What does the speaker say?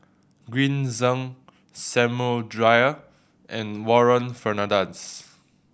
Green Zeng Samuel Dyer and Warren Fernandez